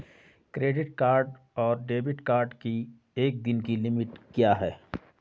Credit card और debit card की एक दिन की लिमिट क्या है?